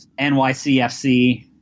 NYCFC